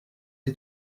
die